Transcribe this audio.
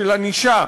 של ענישה,